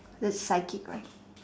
that's psychic right